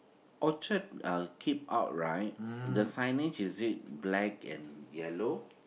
orchard keep our right the signage is it black and yellow